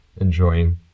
enjoying